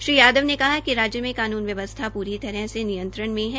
श्री यादव ने कहा कि राज्य में कानून व्यवस्था पूरी तरह से नियंत्रण में है